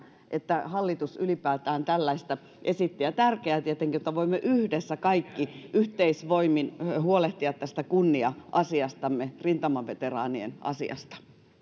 että hallitus ylipäätään tällaista esitti tärkeää tietenkin että voimme yhdessä kaikki yhteisvoimin huolehtia tästä kunnia asiastamme rintamaveteraanien asiasta